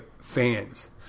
fans